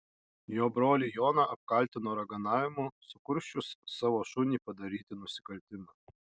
jo brolį joną apkaltino raganavimu sukursčius savo šunį padaryti nusikaltimą